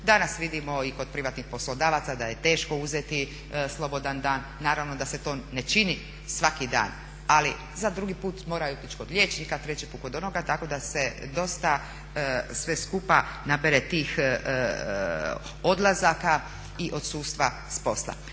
Danas vidimo i kod privatnih poslodavaca da je teško uzeti slobodan dan, naravno da se to ne čini svaki dan, ali za drugi put moraju ići kod liječnika, treći put kod onoga tako da se dosta sve skupa nabere tih odlazaka i odsustva s posla.